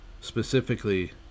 specifically